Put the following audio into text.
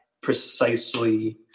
precisely